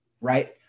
right